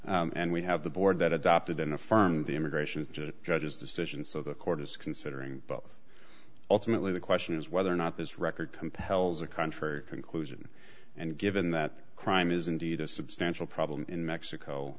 and we have the board that adopted in affirming the immigration judge's decision so the court is considering both ultimately the question is whether or not this record compels a country conclusion and given that crime is indeed a substantial problem in mexico